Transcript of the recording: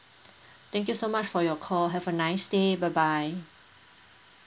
thank you so much for your call have a nice day bye bye